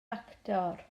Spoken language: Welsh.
actor